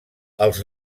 els